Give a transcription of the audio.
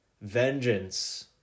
vengeance